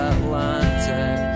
Atlantic